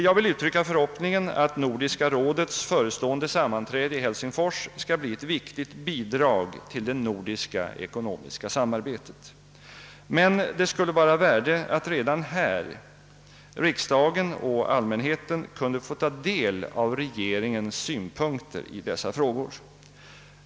Jag uttrycker förhoppningen att Nordiska rådets förestående sammanträde i Helsingfors skall bli ett viktigt bidrag till det nordiska ekonomiska samarbetet. Men det skulle vara av värde att redan i dag riksdagen och allmänheten kunde få ta del av regeringens synpunkter på dessa frågor.